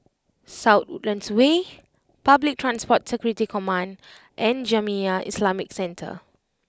South Woodlands Way Public Transport Security Command and Jamiyah Islamic Centre